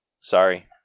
Sorry